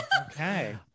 Okay